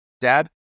dad